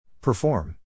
Perform